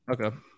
Okay